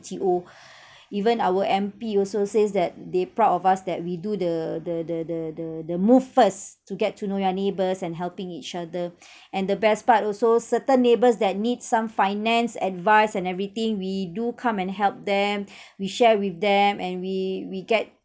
B_T_O even our M_P also says that they proud of us that we do the the the the the move first to get to know your neighbours and helping each other and the best part also certain neighbours that need some finance advice and everything we do come and help them we share with them and we we get